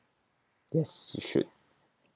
yes you should